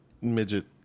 midget